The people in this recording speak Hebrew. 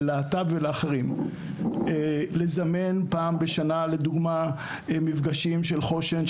ללהט"ב ואחרים; או לזמן פעם בשנה מפגשים של חוש"ן,